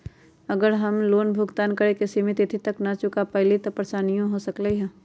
अगर हम लोन भुगतान करे के सिमित तिथि तक लोन न चुका पईली त की की परेशानी हो सकलई ह?